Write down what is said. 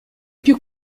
più